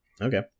Okay